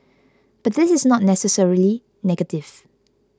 but this is not necessarily negative